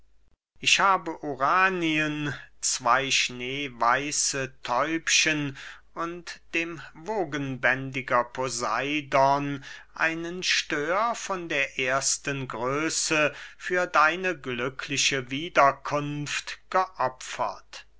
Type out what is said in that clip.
ich habe uranien zwey schneeweiße täubchen und dem wogenbändiger poseidon einen stör von der ersten größe für deine glückliche wiederkunft geopfert